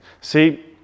see